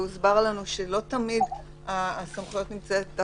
והוסבר לנו שלא תמיד הסמכות על כל הנושא של הסדרת